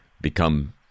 become